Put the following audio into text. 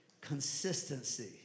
consistency